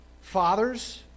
Fathers